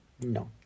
No